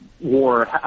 war